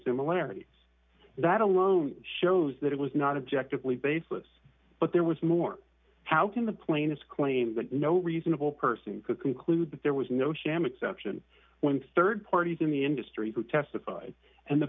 similarities that alone shows that it was not objective lee baseless but there was more how can the plaintiffs claim that no reasonable person could conclude that there was no sham exception when rd parties in the industry who testified and the